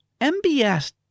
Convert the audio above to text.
MBS